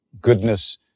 goodness